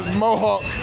mohawk